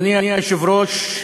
אדוני היושב-ראש,